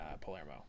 Palermo